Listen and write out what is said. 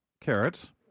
Carrots